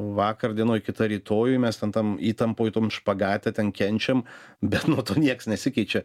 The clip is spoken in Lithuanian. vakar dienoj kita rytojui mes ten tam įtampoj tom špagate ten kenčiam bet nuo to nieks nesikeičia